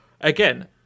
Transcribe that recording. Again